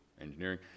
engineering